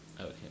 Okay